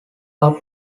are